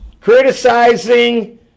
criticizing